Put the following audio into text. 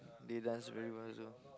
they dance very well also